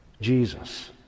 Jesus